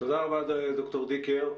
תודה רבה ד"ר דיקר.